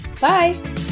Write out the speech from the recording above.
bye